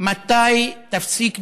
מתי תפסיק לשסות?